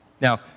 Now